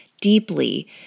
deeply